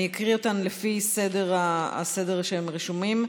אני אקריא אותם לפי הסדר שהם רשומים.